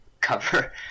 cover